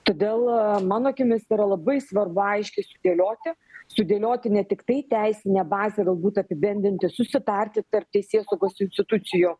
todėl mano akimis yra labai svarbu aiškiai sudėlioti sudėlioti ne tiktai teisinę bazę galbūt apibendrinti susitarti tarp teisėsaugos institucijų